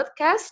podcast